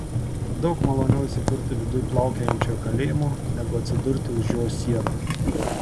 daug maloniau įsikurti viduj plaukiančiojo kalėjimo negu atsidurti už jo sienų